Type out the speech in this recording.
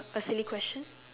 a silly question